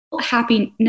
happiness